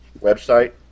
website